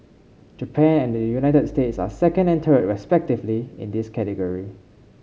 Japan and the United States are second and third respectively in this category